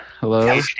Hello